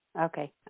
Okay